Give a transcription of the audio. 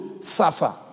suffer